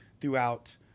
throughout